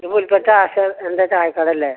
ഇത് പുൽപ്പറ്റം ആശാൻ്റെ ചായക്കടയല്ലേ